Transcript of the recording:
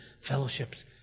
fellowships